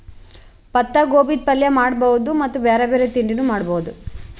ಪತ್ತಾಗೋಬಿದ್ ಪಲ್ಯ ಮಾಡಬಹುದ್ ಮತ್ತ್ ಬ್ಯಾರೆ ಬ್ಯಾರೆ ತಿಂಡಿನೂ ಮಾಡಬಹುದ್